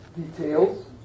details